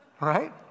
right